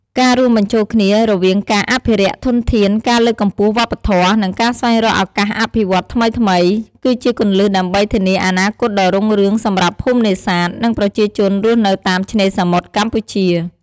ការរួមបញ្ចូលគ្នារវាងការអភិរក្សធនធាន ការលើកកម្ពស់វប្បធម៌ និងការស្វែងរកឱកាសអភិវឌ្ឍន៍ថ្មីៗ គឺជាគន្លឹះដើម្បីធានាអនាគតដ៏រុងរឿងសម្រាប់ភូមិនេសាទ និងប្រជាជនរស់នៅតាមឆ្នេរសមុទ្រកម្ពុជា។